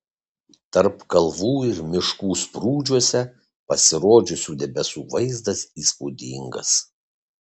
tarp kalvų ir miškų sprūdžiuose pasirodžiusių debesų vaizdas įspūdingas